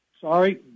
sorry